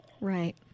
Right